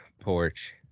porch